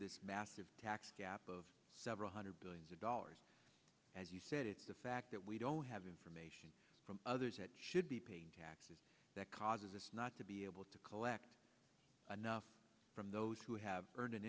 this massive tax gap of several hundred billions of dollars as you said it's the fact that we don't have information from others that should be paid taxes that causes us not to be able to collect enough from those who have earn